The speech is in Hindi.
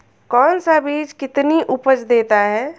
कौन सा बीज कितनी उपज देता है?